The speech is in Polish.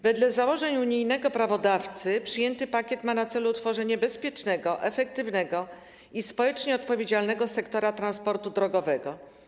Wedle założeń unijnego prawodawcy przyjęty pakiet ma na celu tworzenie bezpiecznego, efektywnego i społecznie odpowiedzialnego sektora transportu drogowego.